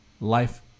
life